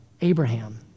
Abraham